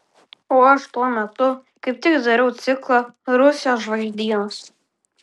o aš tuo metu kaip tik dariau ciklą rusijos žvaigždynas